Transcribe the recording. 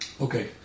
Okay